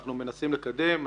שאנחנו מנסים לקדם.